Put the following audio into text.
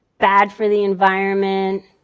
bad for the environment,